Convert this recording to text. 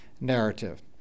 narrative